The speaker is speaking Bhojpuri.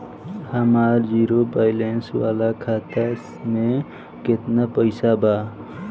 हमार जीरो बैलेंस वाला खाता में केतना पईसा बा?